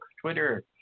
Twitter